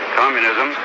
communism